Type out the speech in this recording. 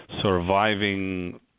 surviving